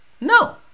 No